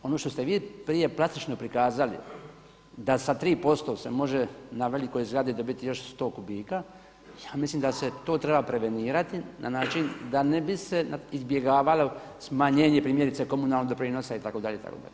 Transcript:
Ono što ste vi prije … prikazali da sa 3% se može na velikoj zgradi dobiti još 100 kubika, ja mislim da se to treba prevenirati na način da ne bi se izbjegavalo smanjenje primjerice komunalnog doprinosa itd., itd.